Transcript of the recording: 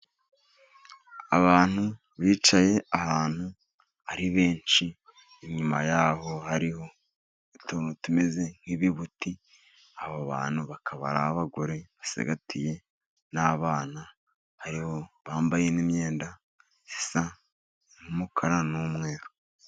Abantu bicaye ahantu ari benshi, inyuma yaho hariho utuntu tumeze nk'ibibuti. Aba bantu bakaba ari abagore basigatiye n'abana, hariho bambaye n imiyenda isa n'umukara n'umweru.